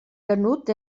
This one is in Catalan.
canut